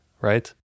right